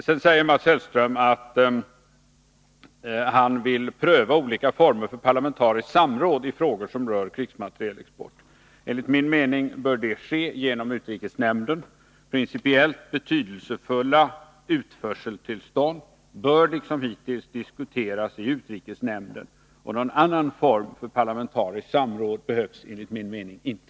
Sedan säger Mats Hellström att han vill pröva olika former för parlamentariskt samråd i frågor som rör krigsmaterielexporten. Enligt min mening bör det ske genom utrikesnämnden. Principiellt betydelsefulla utförseltillstånd bör, liksom hittills, diskuteras i utrikesnämnden. Någon annan form för parlamentariskt samråd behövs enligt min mening inte.